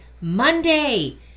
Monday